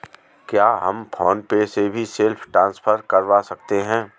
क्या हम PhonePe से भी सेल्फ ट्रांसफर करवा सकते हैं?